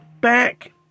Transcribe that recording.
back